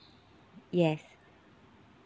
yes